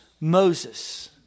Moses